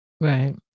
Right